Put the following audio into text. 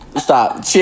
stop